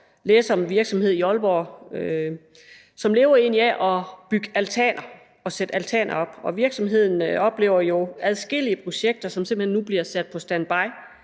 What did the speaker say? læse om en virksomhed i Aalborg, som egentlig lever af at bygge altaner og sætte altaner op. Virksomheden oplever jo adskillige projekter, som simpelt hen nu bliver sat på standby,